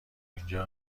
اینجا